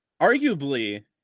Arguably